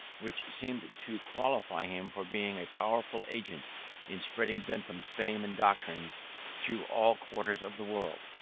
which seemed to qualify him for being a powerful agent in spreading bentham's fame and doctrines through all quarters of the world.